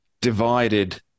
divided